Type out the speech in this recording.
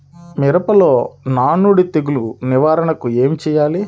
మిరపలో నానుడి తెగులు నివారణకు ఏమి చేయాలి?